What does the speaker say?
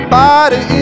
body